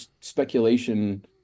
speculation